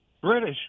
British